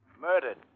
Murdered